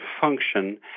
function